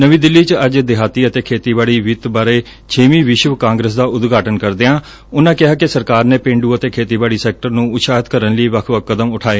ਨਵੀਂ ਦਿੱਲੀ ਚ ਅੱਜ ਦਿਹਾਤੀ ਅਤੇ ਖੇਤੀਬਾਤੀ ਵਿੱਤ ਬਾਰੇ ਛੇਵੀਂ ਵਿਸ਼ਵ ਕਾਂਗਰਸ ਦਾ ਉਦਘਾਟਨ ਕਰਦਿਆਂ ਉਨਾਂ ਕਿਹਾ ਕਿ ਸਰਕਾਰ ਨੇ ਪੇਂਡੂ ਅਤੇ ਖੇਤੀਬਾਤੀ ਸੈਕਟਰ ਨੂੰ ਉਤਸ਼ਾਹਿਤ ਕਰਨ ਲਈ ਵੱਖ ਵੱਖ ਕਦਮ ਉਠਾਏ ਨੇ